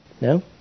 no